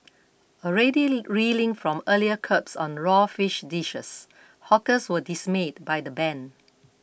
already reeling from earlier curbs on raw fish dishes hawkers were dismayed by the ban